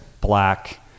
black